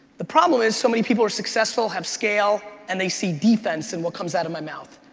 the problem is, so many people are successful, have scale, and they see defense in what comes out of my mouth.